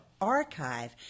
archive